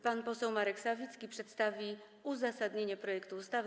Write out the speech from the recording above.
Pan poseł Marek Sawicki przedstawi uzasadnienie projektu ustawy.